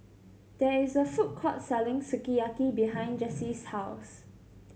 there is a food court selling Sukiyaki behind Jessye's house